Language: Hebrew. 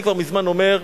אני כבר מזמן אומר: